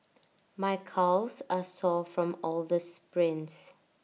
my calves are sore from all the sprints